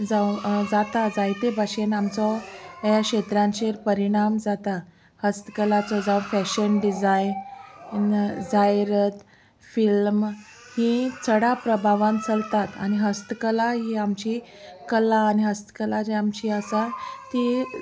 जावं जाता जायते भाशेन आमचो ह्या क्षेत्रांचेर परिणाम जाता हस्तकलाचो जावं फॅशन डिजायन जायरत फिल्म हीं चडा प्रभावान चलतात आनी हस्तकला ही आमची कला आनी हस्तकला जी आमची आसा ती